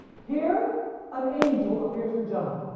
here an angel appears to john,